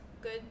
good